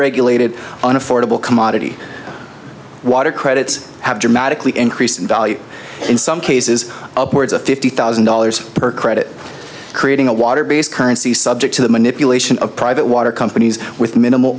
unregulated and affordable commodity water credits have dramatically increased in value in some cases upwards of fifty thousand dollars per credit creating a water based currency subject to the manipulation of private water companies with minimal